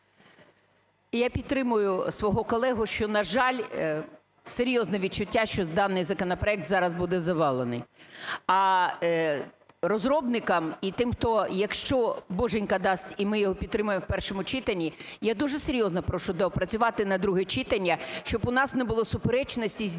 Я підтримую свого колегу, що, на жаль, серйозне відчуття, що даний законопроект зараз буде завалений. А розробникам і тим, хто, якщо Боженька дасть і ми його підтримаємо в першому читанні, я дуже серйозно прошу доопрацювати на друге читання, щоб у нас не було суперечностей з діючими